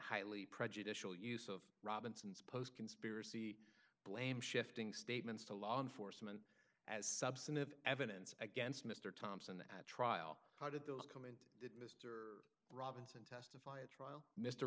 highly prejudicial use of robinson's post conspiracy blame shifting statements to law enforcement as substantive evidence against mr thompson at trial how did those come robinson to trial mr robinson testified at trial